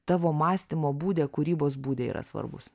tavo mąstymo būde kūrybos būde yra svarbūs